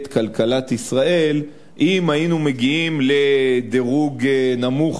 כלכלת ישראל אם היינו מגיעים לדירוג נמוך,